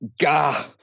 gah